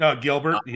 Gilbert